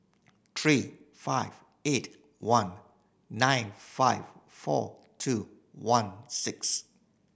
three five eight one nine five four two one six